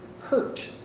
hurt